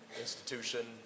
institution